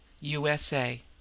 USA